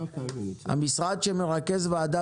המשרד שמרכז ועדה